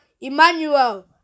Emmanuel